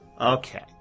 okay